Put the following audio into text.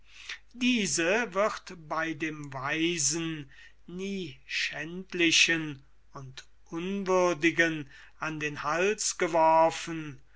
diese wird bei dem weisen nie schändlichen und unwürdigen an den hals geworfen